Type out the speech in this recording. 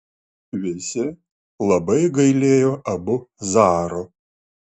visi labai gailėjo abu zaro